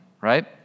right